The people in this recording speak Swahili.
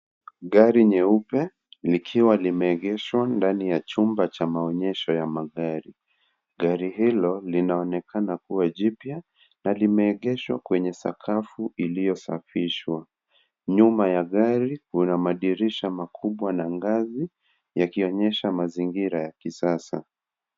Gari nyeupe, likiwa limeegeshwa ndani ya chumba cha maonyesho ya magari. Gari hilo linaonekana kuwa jipya, na limeegeshwa kwenye sakafu iliyosafishwa. Nyuma ya gari, kuna madirisha makubwa na ngazi, yakionyesha mazingira ya kisasa.